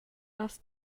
has